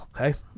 okay